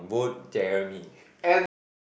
vote Jeremy